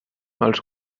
els